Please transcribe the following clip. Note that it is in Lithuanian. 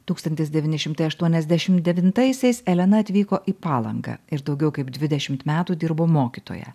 tūkstantis devyni šimtai aštuoniasdešim devintaisiais elena atvyko į palangą ir daugiau kaip dvidešimt metų dirbo mokytoja